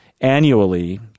annually